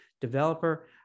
developer